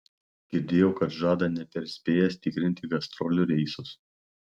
girdėjau kad žada neperspėjęs tikrinti gastrolių reisus